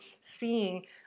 seeing